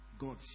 God